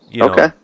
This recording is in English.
Okay